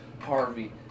Harvey